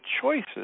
choices